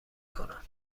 کنم